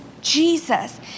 Jesus